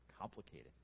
complicated